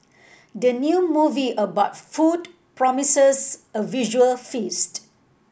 the new movie about food promises a visual feast